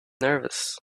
nervous